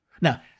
Now